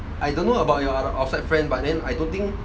I don't know about your outside friend but then I don't think